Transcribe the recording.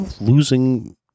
losing